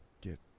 get